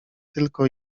tylko